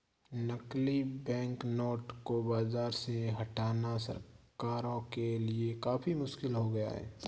नकली बैंकनोट को बाज़ार से हटाना सरकारों के लिए काफी मुश्किल हो गया है